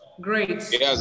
great